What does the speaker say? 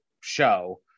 show